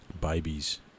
babies